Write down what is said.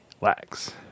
Relax